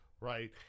right